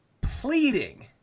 pleading